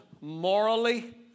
morally